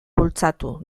bultzatu